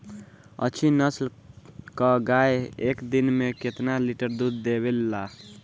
अच्छी नस्ल क गाय एक दिन में केतना लीटर दूध देवे ला?